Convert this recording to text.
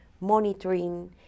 monitoring